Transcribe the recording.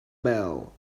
bell